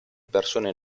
persone